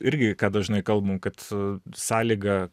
irgi ką dažnai kalbam kad sąlyga